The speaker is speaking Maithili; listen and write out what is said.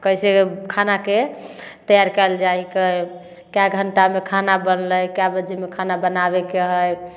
कैसे खानाके तैआर कएल जाइ हइ कए घंटामे खाना बनलै कए बजेमे खाना बनाबेके हइ